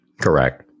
Correct